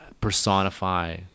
personify